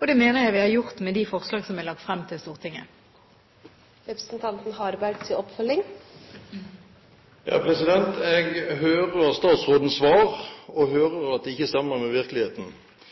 Det mener jeg vi har gjort med de forslag som er lagt frem for Stortinget. Jeg hører statsrådens svar og hører at det ikke stemmer med virkeligheten.